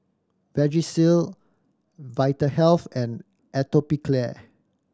Vagisil Vitahealth and Atopiclair